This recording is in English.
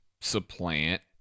supplant